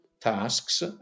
tasks